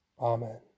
Amen